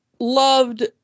Loved